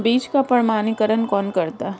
बीज का प्रमाणीकरण कौन करता है?